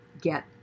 get